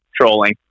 trolling